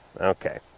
Okay